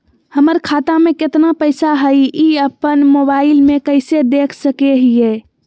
हमर खाता में केतना पैसा हई, ई अपन मोबाईल में कैसे देख सके हियई?